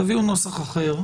תביאו נוסח אחר,